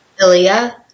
Ilya